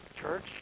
church